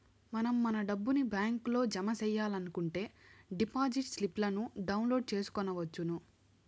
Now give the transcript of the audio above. మనం మన డబ్బుని బ్యాంకులో జమ సెయ్యాలనుకుంటే డిపాజిట్ స్లిప్పులను డౌన్లోడ్ చేసుకొనవచ్చును